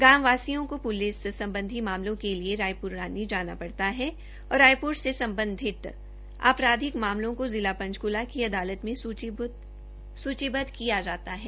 गांव वासियों को प्लिस सम्बधी मामलों के लिए रायप्र जाना पड़ता था और रायप्र से सम्बधित आपराधिक मामलों को जिला पंचकूला की अदालत में सूचीबद्व किया जाता है